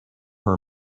her